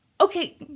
Okay